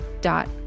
dot